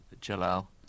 Jalal